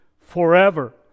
forever